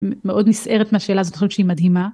מאוד נסערת מהשאלה זאת חושבת שהיא מדהימה